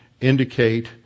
indicate